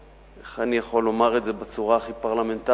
איך אני יכול לומר את זה בצורה הכי פרלמנטרית,